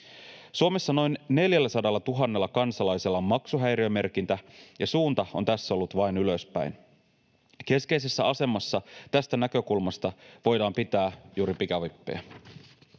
Suomessa noin 400 000 kansalaisella on maksuhäiriömerkintä, ja suunta on tässä ollut vain ylöspäin. Keskeisessä asemassa tästä näkökulmasta voidaan pitää juuri pikavippejä.